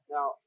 Now